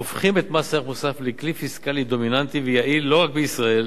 הופכים את מס ערך מוסף לכלי פיסקלי דומיננטי ויעיל לא רק בישראל,